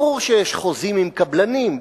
ברור שיש חוזים עם קבלנים,